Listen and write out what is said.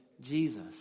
Jesus